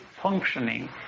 functioning